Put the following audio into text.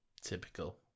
Typical